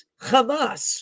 Hamas